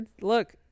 Look